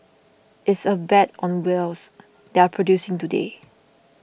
it's a bet on wells that are producing today